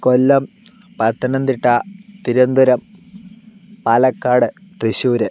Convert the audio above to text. Kollam Pathanamthitta Thiruvananthapuram Palakkad Thrissur